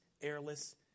airless